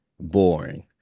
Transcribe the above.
Boring